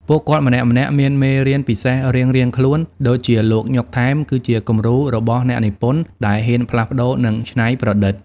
ពួកគាត់ម្នាក់ៗមានមេរៀនពិសេសរៀងៗខ្លួន ដូចជាលោកញ៉ុក ថែម គឺជាគំរូរបស់អ្នកនិពន្ធដែលហ៊ានផ្លាស់ប្តូរ និងច្នៃប្រឌិត។ ។